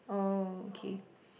oh okay